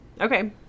Okay